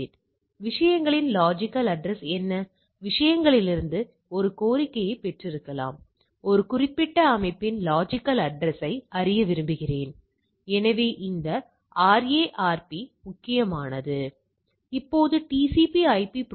எனவே Y Y0 Y0 என்பது ஒரு மாறிலி கட்டின்மை கூறுகளின் எண்ணிக்கையைச் சார்ந்துள்ள மாறிலி கை வர்க்கம் என்பது நிகழ்தகவு அடர்த்தி சார்பு மற்றும் நீங்கள் இவ்வாறுதான் கணக்கிடுவீர்கள் சரியா